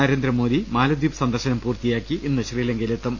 നരേന്ദ്രമോദി മാലദ്വീപ് സന്ദർശനം പൂർത്തിയാക്കി ഇന്ന് ശ്രീലങ്കയിലെത്തും